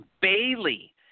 Bailey